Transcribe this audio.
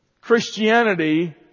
Christianity